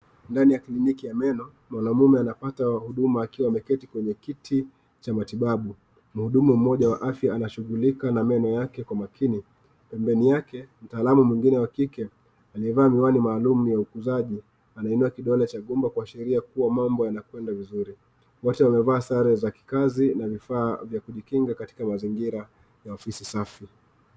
Ndani ya kliniki ya meno, mwanaume anapata huduma akiwa ameketi kwenye kiti cha matibabu. Mhudumu mmoja wa afya anashughulika na meno yake kwa makini. Pembeni yake, mtaalamu mwingine wa kike aliyevaa miwani maalumu ya uuguzaji anainua kidole cha gumba kuashiria kuwa mambo yanakwenda vizuri. Wote wamevaa sare za kikazi na vifaa vya kujikinga katika mazingira ya ofisi safi.